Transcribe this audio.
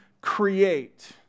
create